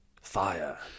Fire